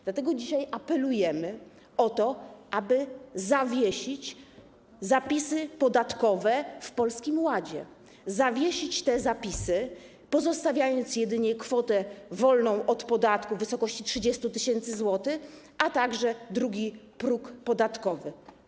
Dlatego dzisiaj apelujemy o to, aby zawiesić zapisy podatkowe w Polskim Ładzie, zawiesić te zapisy, pozostawiając jedynie kwotę wolną od podatku w wysokości 30 tys. zł, a także drugi próg podatkowy.